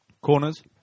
Corners